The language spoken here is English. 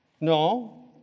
No